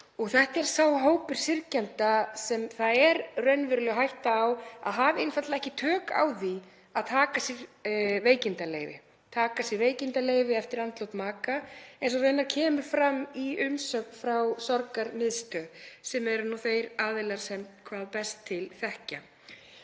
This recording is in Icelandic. þetta er sá hópur syrgjenda sem raunveruleg hætta er á að hafi einfaldlega ekki tök á því að taka sér veikindaleyfi eftir andlát maka, eins og raunar kemur fram í umsögn frá Sorgarmiðstöð sem eru þeir aðilar sem hvað best til þekkja.